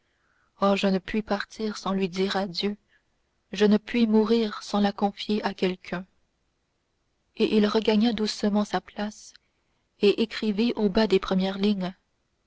oh je ne puis partir sans lui dire adieu je ne puis mourir sans la confier à quelqu'un et il regagna doucement sa place et écrivit au bas des premières lignes